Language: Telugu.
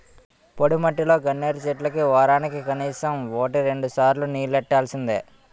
పొడిమట్టిలో గన్నేరు చెట్లకి వోరానికి కనీసం వోటి రెండుసార్లు నీల్లెట్టాల్సిందే